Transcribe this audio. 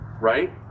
right